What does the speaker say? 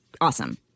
awesome